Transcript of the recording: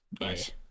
nice